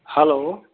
hello